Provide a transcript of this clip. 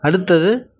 அடுத்தது